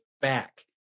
back